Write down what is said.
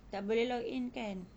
tak boleh log in kan